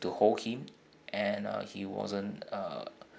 to hold him and uh he wasn't uh